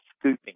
scooping